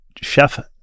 Chef